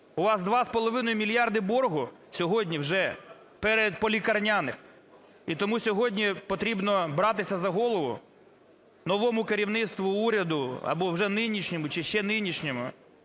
половиною мільярди боргу сьогодні вже перед… по лікарняних. І тому сьогодні потрібно братися за голову новому керівництву, уряду, або вже нинішньому, чи ще нинішньому,